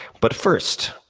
but first,